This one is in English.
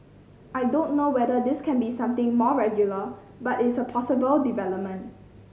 I don't know whether this can be something more regular but it's a possible development